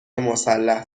مسلح